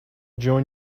join